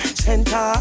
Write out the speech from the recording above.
center